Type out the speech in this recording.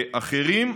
אחרים.